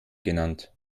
genannt